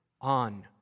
on